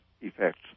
effects